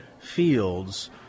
fields